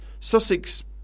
Sussex